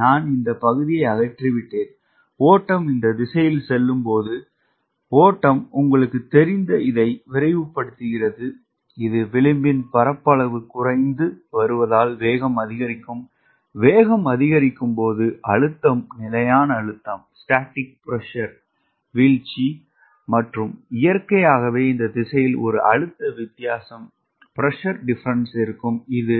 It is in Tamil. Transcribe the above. நான் இந்த பகுதியை அகற்றிவிட்டேன் ஓட்டம் இந்த திசையில் செல்லும்போது ஓட்டம் உங்களுக்குத் தெரிந்த இதை விரைவுபடுத்துகிறது இது விளிம்பின் பரப்பளவு குறைந்து வருவதால் வேகம் அதிகரிக்கும் வேகம் அதிகரிக்கும் போது அழுத்தம் நிலையான அழுத்தம் வீழ்ச்சி மற்றும் இயற்கையாகவே இந்த திசையில் ஒரு அழுத்த வித்தியாசம் இருக்கும் இது